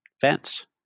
fence